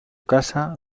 casa